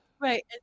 Right